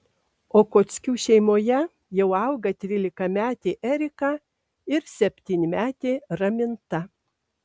okockių šeimoje jau auga trylikametė erika ir septynmetė raminta